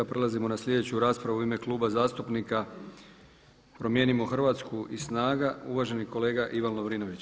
Prelazimo na sljedeću raspravu u ime Kluba zastupnika Promijenimo Hrvatsku i SNAGA uvaženi kolega Ivan Lovrinović.